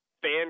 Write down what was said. Fan